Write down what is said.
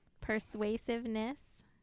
Persuasiveness